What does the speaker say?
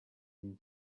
and